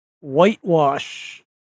whitewash